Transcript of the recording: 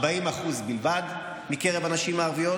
40% בלבד מקרב הנשים הערביות,